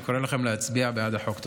אני קורא לכם להצביע בעד החוק.